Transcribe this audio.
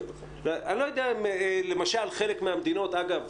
אני לא יודע אם למשל חלק מהמדינות אגב,